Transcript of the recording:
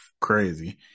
crazy